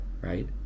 right